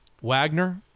Wagner